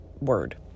word